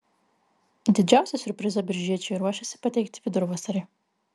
didžiausią siurprizą biržiečiai ruošiasi pateikti vidurvasarį